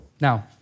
Now